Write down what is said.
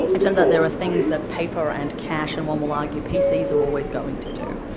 and turns out there are things that paper and cash and, one will argue, pcs are always going to do.